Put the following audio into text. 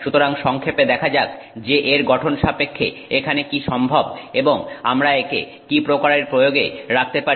সুতরাং সংক্ষেপে দেখা যাক যে এর গঠন সাপেক্ষে এখানে কি সম্ভব এবং আমরা একে কি প্রকারের প্রয়োগে রাখতে পারি